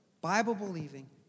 Bible-believing